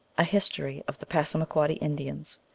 a history of the passamaquoddy indians.